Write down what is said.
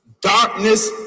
darkness